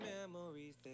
memories